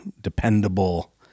dependable